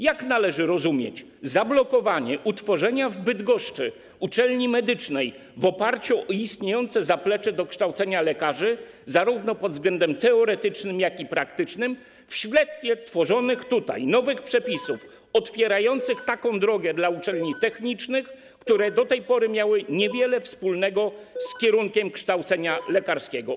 Jak należy rozumieć zablokowanie utworzenia w Bydgoszczy uczelni medycznej w oparciu o istniejące zaplecze do kształcenia lekarzy, zarówno pod względem teoretycznym, jak i praktycznym, w świetle tworzonych nowych przepisów otwierających taką drogę dla uczelni technicznych, które do tej pory miały niewiele wspólnego z kierunkiem kształcenia lekarskiego?